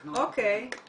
אוקיי.